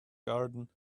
garden